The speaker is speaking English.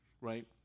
right